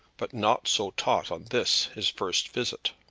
but not so taught on this, his first visit.